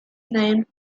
named